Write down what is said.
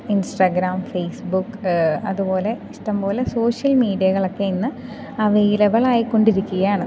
Instagram Facebook അതു പോലെ ഇഷ്ടം പോലെ സോഷ്യൽ മീഡിയകളൊക്കെ ഇന്ന് അവൈലബിളായിക്കൊണ്ടിരിക്കുകയാണ്